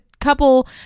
couple